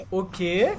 okay